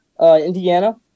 Indiana